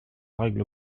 règle